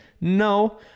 No